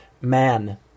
man